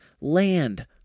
land